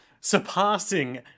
surpassing